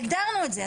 הגדרנו את זה,